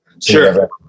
Sure